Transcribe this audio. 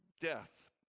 death